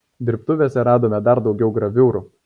dirbtuvėse radome dar daugiau graviūrų